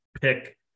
pick